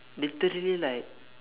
literally like